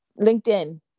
linkedin